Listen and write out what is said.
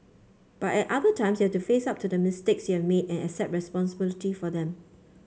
but at other times you have to face up to the mistakes you have made and accept responsibility for them